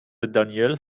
دانیل